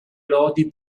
lodi